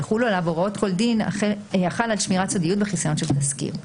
ויחולו עליו הוראות כל דין החל על שמירת סודיות וחיסיון של תסקיר.